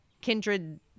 kindred